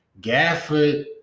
Gafford